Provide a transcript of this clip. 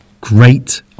Great